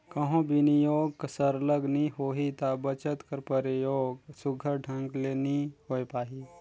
कहों बिनियोग सरलग नी होही ता बचत कर परयोग सुग्घर ढंग ले नी होए पाही